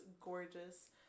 gorgeous